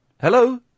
Hello